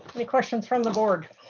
any questions from the board?